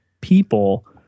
people